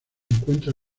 encuentra